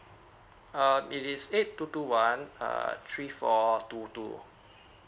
err it is eight two two one err three four two two